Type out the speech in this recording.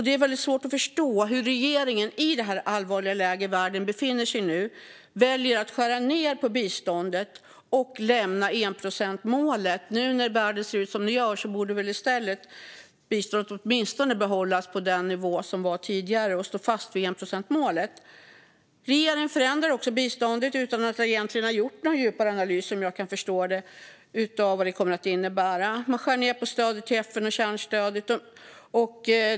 Det är väldigt svårt att förstå hur regeringen i det allvarliga läge världen nu befinner sig i väljer att skära ned på biståndet och lämna enprocentsmålet. Nu när världen ser ut som den gör borde man väl i stället åtminstone behålla biståndet på den tidigare nivån och stå fast vid enprocentsmålet. Regeringen förändrar biståndet utan att ha gjort någon djupare analys av vad det kommer att innebära, som jag förstår det. Man skär ned på stödet till FN och kärnstödet.